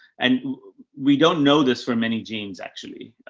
and we don't know this for many genes actually.